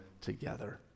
together